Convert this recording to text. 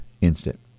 instant